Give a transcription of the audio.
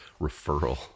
referral